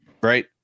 Right